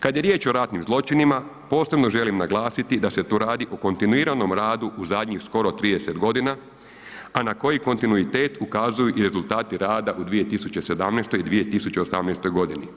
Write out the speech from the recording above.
Kad je riječ o ratnim zločinima posebno želim naglasiti da se tu radi o kontinuiranom radu u zadnjih skoro 30 godina, a na koji kontinuitet ukazuju i rezultati rada u 2017. i 2018. godini.